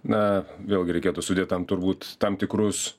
na vėlgi reikėtų sudėt tam turbūt tam tikrus